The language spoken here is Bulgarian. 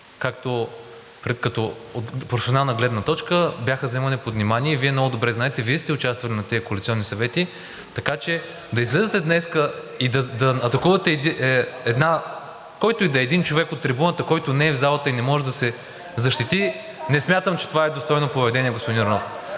Митева от професионална гледна точка бяха взети под внимание. Вие много добре го знаете, Вие сте участвали на тези коалиционни съвети, така че да излизате днес и да атакувате един човек от трибуната, който не е в залата и не може да се защити, не смятам, че това е достойно поведение, господин Йорданов.